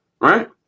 right